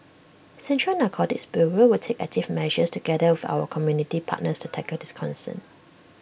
central narcotics bureau will take active measures together with our community partners to tackle this concern